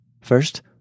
First